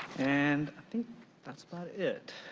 and i think that's about it.